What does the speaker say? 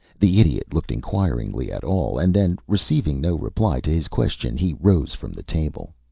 the idiot looked inquiringly at all, and then, receiving no reply to his question, he rose from the table.